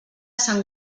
sant